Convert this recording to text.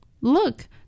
Look